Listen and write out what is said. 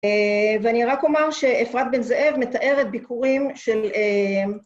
אה.. ואני רק אומר שאפרת בן זאב מתארת ביקורים של אהמ..